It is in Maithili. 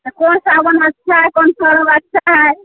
तऽ कोन साबुन अच्छा हइ आओर कोन पाउडर अच्छा हइ